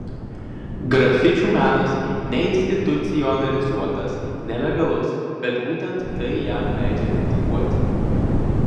grafičių menas neinstitucionalizuotas nelegalus bet būtent tai jam leidžia kritikuoti